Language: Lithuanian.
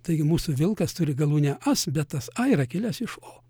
taigi mūsų vilkas turi galūnę as bet tas a yra kilęs iš o